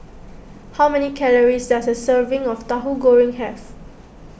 how many calories does a serving of Tahu Goreng has